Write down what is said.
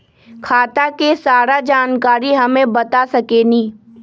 खाता के सारा जानकारी हमे बता सकेनी?